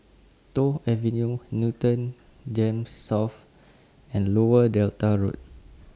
Toh Avenue Newton Gems South and Lower Delta Road